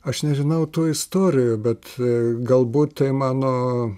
aš nežinau tų istorijų bet galbūt tai mano